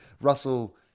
Russell